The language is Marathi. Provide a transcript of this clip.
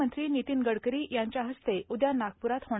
मंत्री नितीन गडकरी यांच्या हस्ते उद्या नागपुरात होणार